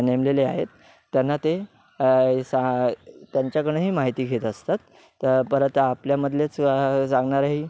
नेमलेले आहेत त्यांना ते साहा त्यांच्याकडनंही माहिती घेत असतात तर परत आपल्यामधलेच सांगणारही